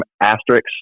asterisks